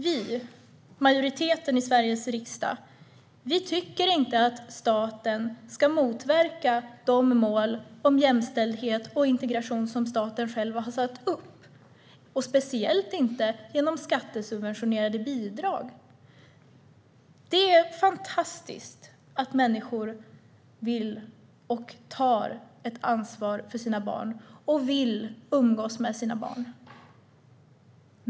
Vi, majoriteten i Sveriges riksdag, tycker inte att staten ska motverka de mål om jämställdhet och integration som staten själv har satt upp - och speciellt inte genom skattesubventionerade bidrag. Det är fantastiskt att människor vill ta och tar ett ansvar för sina barn och att de vill umgås med dem.